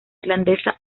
irlandesa